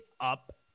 up